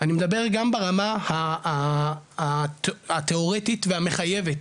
אני מדבר גם ברמה התיאורטית והמחייבת,